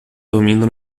dormindo